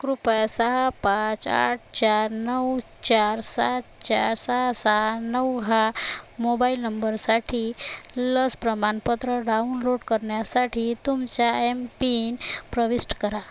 कृपया सहा पाच आठ चार नऊ चार सात चार सहा सहा नऊ हा मोबाईल नंबरसाठी लस प्रमाणपत्र डाउनलोड करण्यासाठी तुमच्या एम पिन प्रविष्ट करा